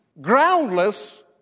groundless